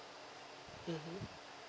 mmhmm